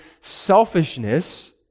selfishness